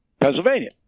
Pennsylvania